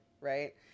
Right